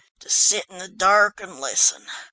to sit in the dark and listen.